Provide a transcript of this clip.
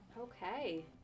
Okay